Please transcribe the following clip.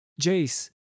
Jace